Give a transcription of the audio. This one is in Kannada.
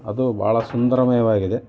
ಅದು ಬಹಳ ಸುಂದರಮಯವಾಗಿದೆ